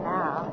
now